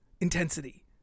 intensity